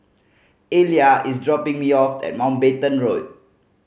Elia is dropping me off at Mountbatten Road